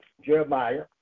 Jeremiah